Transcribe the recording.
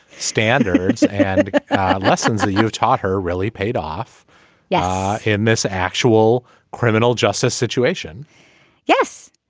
standard lessons you've taught her really paid off yeah. in this actual criminal justice situation yes.